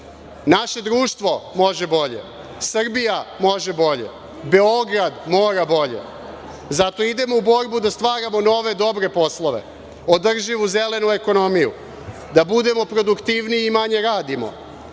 naše društvo može bolje, Srbija može bolje, Beograd mora bolje. Zato idemo u borbu da stvaramo nove, dobre poslove, održivu zelenu ekonomiju, da budemo produktivniji i da manje radimo,